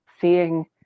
Seeing